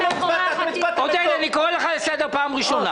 עודד, אני קורא לך לסדר פעם ראשונה.